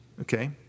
okay